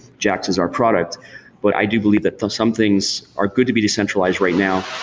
jaxx is our product but i do believe that some things are good to be decentralized right now.